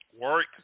Work